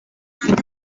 same